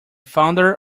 founder